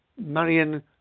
Marion